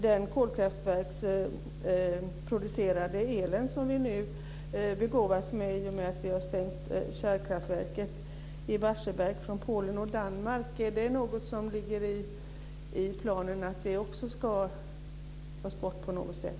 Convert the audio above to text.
Den kolkraftsverksproducerade el från Polen och Danmark som vi begåvas med i och med att vi har stängt kärnkraftverket i Barsebäck, är det något som ligger i planen att också den ska tas bort på något sätt?